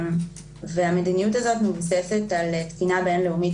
המדיניות הזאת מבוססת על תקינה בין-לאומית